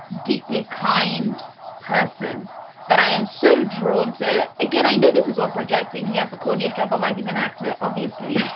deeply kind person that i am so drawn to. again, i know this is all projecting. he has a corniest job, a life. he's an actor, obviously,